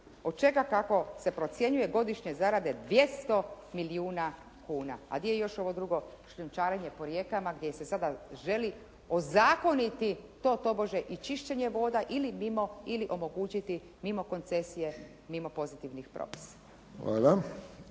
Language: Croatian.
Od čega? Kako se procjenjuje godišnje zarade 200 milijuna kuna, a di je još ovo drugo šljunčarenje po rijekama gdje se sada želi ozakoniti to tobožnje i čišćenje voda ili mimo ili omogućiti mimo koncesije, mimo pozitivnih propisa.